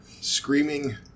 screaming